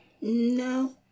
No